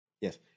Yes